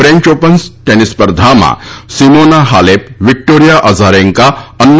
French Open tennis સ્પર્ધામાં Simona Halep Victoria Azarenka Anna